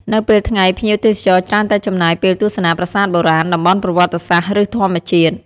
នៅពេលថ្ងៃ ភ្ញៀវទេសចរច្រើនតែចំណាយពេលទស្សនាប្រាសាទបុរាណ តំបន់ប្រវត្តិសាស្ត្រ ឬធម្មជាតិ។